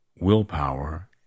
willpower